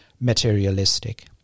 materialistic